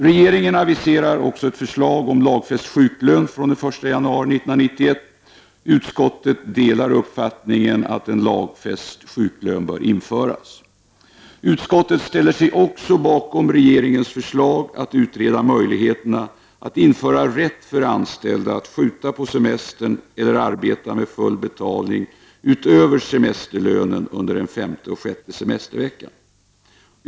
Regeringen aviserar också ett förslag om lagfäst sjuklön från den 1 januari 1991, och utskottet delar uppfattningen att en lagfäst sjuklön bör införas. Utskottet ställer sig också bakom regeringens förslag att utreda möjligheterna att införa rätt för anställda att skjuta på semestern eller arbeta med full betalning utöver semsterlönen under en femte och sjätte semestervecka.